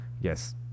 yes